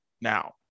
now